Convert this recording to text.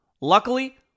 Luckily